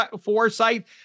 foresight